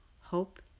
Hope